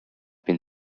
been